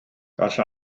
gall